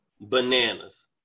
bananas